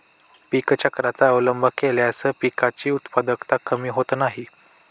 पीक चक्राचा अवलंब केल्यास पिकांची उत्पादकता कमी होत नाही